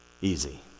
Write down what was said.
easy